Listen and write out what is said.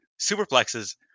superplexes